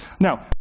Now